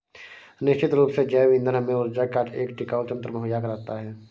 निश्चित रूप से जैव ईंधन हमें ऊर्जा का एक टिकाऊ तंत्र मुहैया कराता है